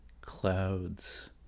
clouds